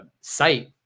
site